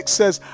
says